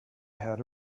had